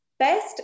best